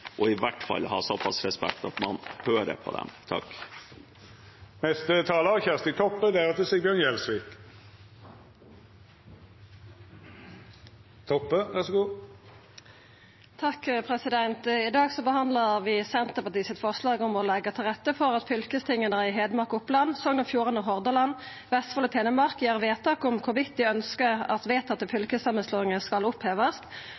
I dag behandlar vi Senterpartiets forslag om å: «legge til rette for at fylkestingene i Hedmark, Oppland, Sogn og Fjordane, Hordaland, Vestfold og Telemark gjør vedtak om hvorvidt de ønsker at vedtatte fylkessammenslåinger skal oppheves. I de tilfeller der ett eller begge fylkesting gjør vedtak om at de ønsker at